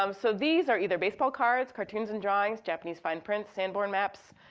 um so these are either baseball cards, cartoons and drawings, japanese fine prints, sanborn maps,